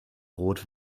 rot